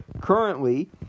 currently